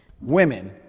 Women